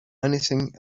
anything